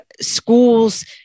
Schools